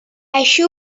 així